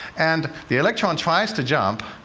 and the electron tries to jump,